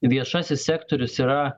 viešasis sektorius yra